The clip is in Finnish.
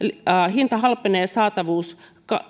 hinta halpenee ja saatavuus